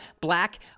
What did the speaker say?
black